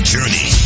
Journey